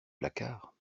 placards